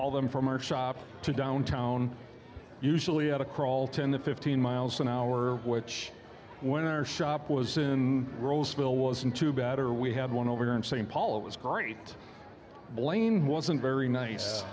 haul them from our shop to downtown usually at a crawl ten to fifteen miles an hour which when our shop was in roseville wasn't too bad or we had one over there in st paul it was great blaine wasn't very nice